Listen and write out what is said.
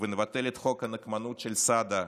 ונבטל את חוק הנקמנות של סעדה.